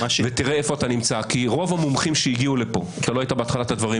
ותראה היכן אתה נמצא כי רוב המומחים שהגיעו לכאן לא היית בתחילת דבריי